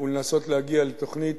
ולנסות להגיע לתוכנית